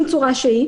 צורה שהיא